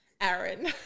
Aaron